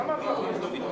טוב, חברים,